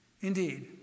Indeed